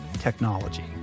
technology